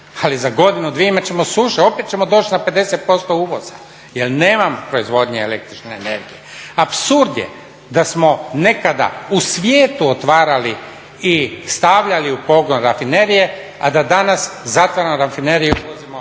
ali za godinu, dvije imat ćemo suša opet ćemo doći na 50% uvoza jel nemamo proizvodnje električne energije. Apsurd je da smo nekada u svijetu otvarali i stavljali u pogon rafinerije, a da danas zatvaramo rafineriju i uvozimo